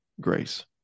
grace